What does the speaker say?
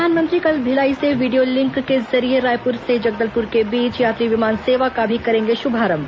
प्रधानमंत्री कल भिलाई से वीडियो लिंक के जरिये रायपुर से जगदलपुर के बीच यात्री विमान सेवा का भी करेंगे शुभारंभ